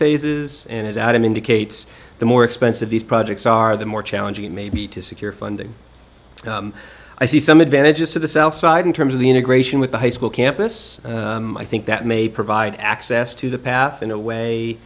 phases and as adam indicates the more expensive these projects are the more challenging it may be to secure funding i see some advantages to the south side in terms of the integration with the high school campus i think that may provide access to the path in a way